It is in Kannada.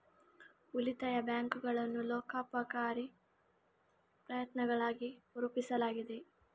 ಉಳಿತಾಯ ಬ್ಯಾಂಕುಗಳನ್ನು ಲೋಕೋಪಕಾರಿ ಪ್ರಯತ್ನಗಳಾಗಿ ರೂಪಿಸಲಾಗಿದೆ